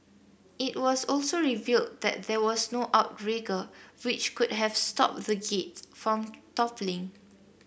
it was also revealed that there was no outrigger which could have stopped the gate from toppling